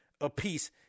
apiece